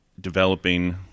developing